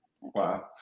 Wow